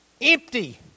Empty